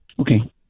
Okay